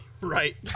Right